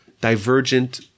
divergent